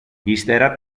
ύστερα